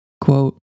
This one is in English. Quote